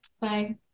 Bye